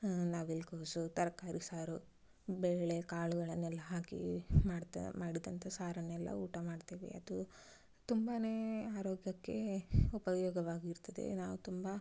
ನವಿಲುಕೋಸು ತರಕಾರಿ ಸಾರು ಬೇಳೆ ಕಾಳುಗಳನ್ನೆಲ್ಲ ಹಾಕಿ ಮಾಡ್ತಾ ಮಾಡಿದ್ದಂಥ ಸಾರನ್ನೆಲ್ಲ ಊಟ ಮಾಡ್ತೀವಿ ಅದು ತುಂಬಾ ಆರೋಗ್ಯಕ್ಕೆ ಉಪಯೋಗವಾಗಿರ್ತದೆ ನಾವು ತುಂಬ